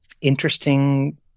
interesting